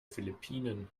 philippinen